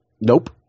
Nope